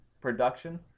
production